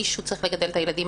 מישהו צריך לגדל את הילדים,